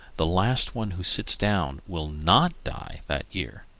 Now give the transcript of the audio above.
the last one who sits down will not die that year.